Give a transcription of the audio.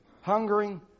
hungering